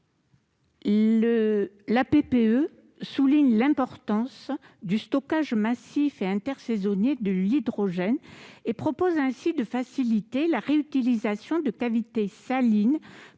toute son importance au stockage massif et intersaisonnier de l'hydrogène et prévoit de faciliter la réutilisation de cavités salines